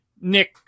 Nick